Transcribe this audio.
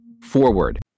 Forward